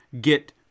get